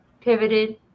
pivoted